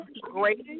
great